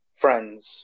friends